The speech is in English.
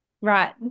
Right